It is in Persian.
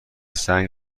سنگ